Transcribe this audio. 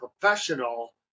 professional